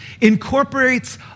incorporates